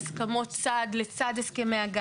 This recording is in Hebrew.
הגעתי להסדרים.